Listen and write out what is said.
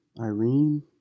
Irene